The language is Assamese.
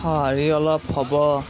সঁহাৰি অলপ হ'ব